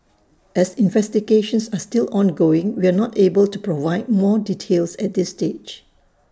as investigations are still ongoing we are not able to provide more details at this stage